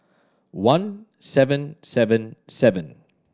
one seven seven seven